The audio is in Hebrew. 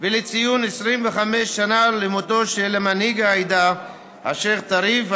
ולציון 25 למותו של מנהיג העדה השייח' טריף,